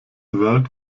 world